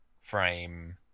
frame